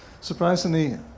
surprisingly